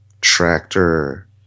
Tractor